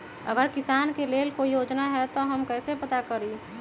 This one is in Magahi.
अगर किसान के लेल कोई योजना है त हम कईसे प्राप्त करी?